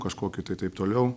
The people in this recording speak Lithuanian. kažkokiu tai taip toliau